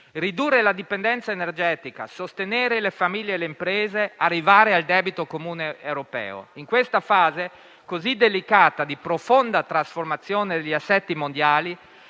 ridurre la dipendenza energetica, sostenere le famiglie e le imprese, arrivare al debito comune europeo. In questa fase così delicata, di profonda trasformazione degli assetti mondiali,